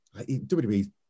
WWE